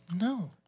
No